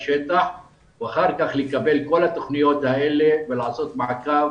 בשטח ואחר כך לקבל את כל התכניות האלה ולעשות מעקב